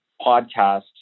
podcast